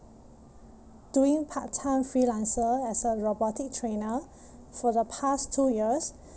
doing part-time freelancer as a robotic trainer for the past two years